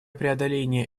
преодоления